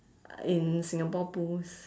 in singapore pools